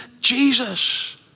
Jesus